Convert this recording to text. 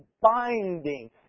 binding